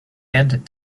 and